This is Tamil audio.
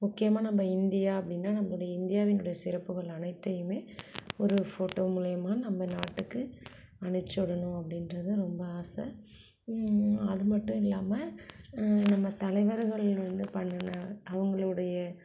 முக்கியமாக நம்ம இந்தியா அப்படின்னா நம்மளுடைய இந்தியாவினோடய சிறப்புகள் அனைத்தையுமே ஒரு ஃபோட்டோ மூலயமா நம்ம நாட்டுக்கு அனுப்பிச்சுடணும் அப்படின்றது ரொம்ப ஆசை அது மட்டும் இல்லாமல் நம்ம தலைவர்கள் வந்து பண்ணின அவங்களுடைய